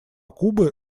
кубы